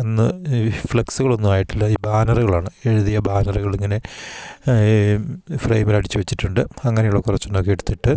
അന്ന് ഈ ഫ്ലെക്സുകളൊന്നും ആയിട്ടില്ല ഈ ബാനറുകളാണ് എഴുതിയ ബാനറ്കളിങ്ങനെ ഫ്രെയിമിലടിച്ച് വെച്ചിട്ടുണ്ട് അങ്ങനെയുള്ള കുറച്ച് എണ്ണം ഒക്കെ എടുത്തിട്ട്